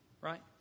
Right